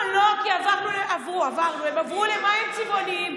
לא, לא, כי עברו, עברנו, הם עברו למים צבעוניים.